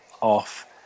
off